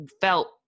felt